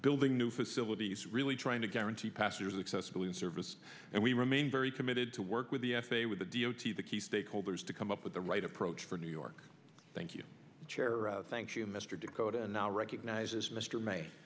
building new facilities really trying to guarantee passengers accessible and service and we remain very committed to work with the f a a with the d o t the key stakeholders to come up with the right approach for new york thank you chair thank you mr dakota now recognizes mr m